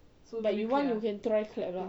if you want you can try clap lah